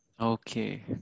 Okay